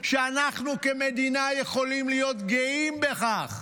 שאנחנו כמדינה יכולים להיות גאים בכך